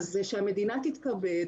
לכן שהמדינה תתכבד